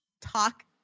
talk